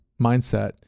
mindset